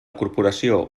corporació